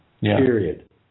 Period